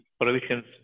provisions